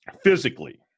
physically